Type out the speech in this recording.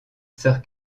sœur